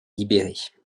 libérée